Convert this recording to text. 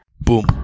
Boom